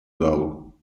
залу